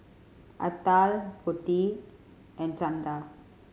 Atal Potti and Chanda